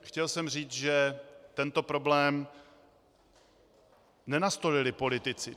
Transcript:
Chtěl jsem říct, že tento problém nenastolili politici.